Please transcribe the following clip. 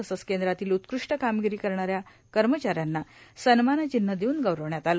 तसंच केंद्रातील उत्कृष्ट कामगिरी करणाऱ्या कर्मचाऱ्यांना सन्मानचिन्ह देऊन गौरविण्यात आलं